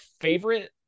favorite